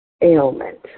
ailment